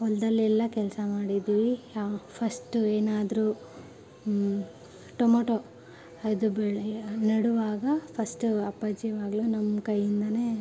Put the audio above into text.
ಹೊಲ್ದಲ್ಲೆಲ್ಲ ಕೆಲಸ ಮಾಡಿದೀವಿ ಫಸ್ಟು ಏನಾದರೂ ಟೊಮೊಟೊ ಅದು ಬೆಳೀಲಿ ಅದು ನೆಡುವಾಗ ಫಸ್ಟು ಅಪ್ಪಾಜಿ ಯಾವಾಗಲೂ ನಮ್ಮ ಕೈಯಿಂದಲೇ